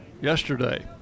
yesterday